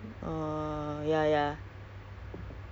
either that or you have to move in with your in-laws right